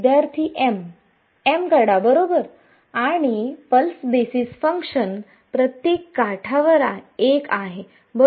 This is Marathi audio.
विद्यार्थीः m m कडा बरोबर आणि पल्स बेसिस फंक्शन प्रत्येक काठावर एक आहे बरोबर